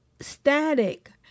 static